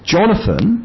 Jonathan